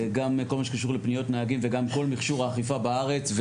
גם כל מה שקשור לפניות נהגים וגם כל מכשור האכיפה בארץ,